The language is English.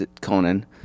Conan